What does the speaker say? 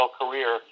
career